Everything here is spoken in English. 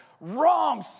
wrong